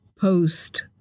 post